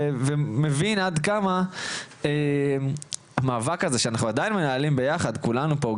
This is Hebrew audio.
ומבין עד כמה המאבק הזה שאנחנו עדיין מנהלים ביחד כולנו פה,